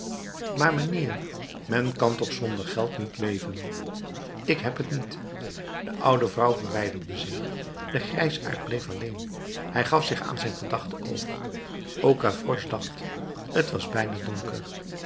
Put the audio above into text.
maar mijnheer men kan toch zonder geld niet leven ik heb het niet de oude vrouw verwijderde zich de grijsaard bleef alleen hij gaf zich aan zijn gedachten over ook gavroche dacht t was bijna donker